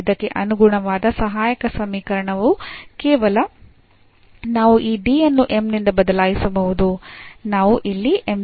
ಇದಕ್ಕೆ ಅನುಗುಣವಾದ ಸಹಾಯಕ ಸಮೀಕರಣವು ಕೇವಲ ನಾವು ಈ D ಅನ್ನು m ನಿಂದ ಬದಲಾಯಿಸಬಹುದು